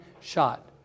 shot